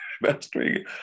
mastering